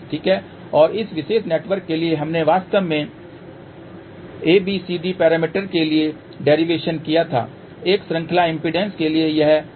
ठीक है और इस विशेष नेटवर्क के लिए हमने वास्तव में BCD पैरामीटर के लिए डेरिवेशन किया था एक श्रृंखला इम्पीडेन्स के लिए यह 1 Z 0 1 था